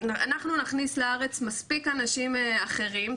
אנחנו נכניס לארץ מספיק אנשים אחרים,